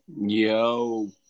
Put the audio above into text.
Yo